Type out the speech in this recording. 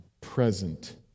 present